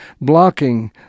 blocking